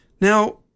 Now